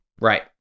Right